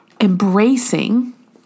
embracing